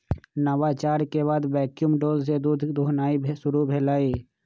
नवाचार के बाद वैक्यूम डोल से दूध दुहनाई शुरु भेलइ